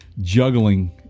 juggling